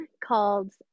called